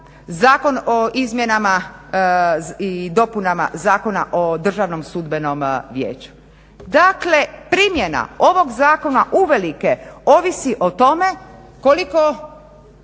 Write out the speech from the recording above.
Zakon o izmjenama i dopunama Zakona o Državnom sudbenom vijeću. Dakle, primjena ovog zakona uvelike ovisi o tome koliko